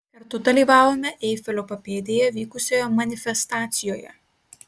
kartu dalyvavome eifelio papėdėje vykusioje manifestacijoje